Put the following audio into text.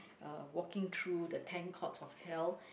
uh walking through the ten courts of hell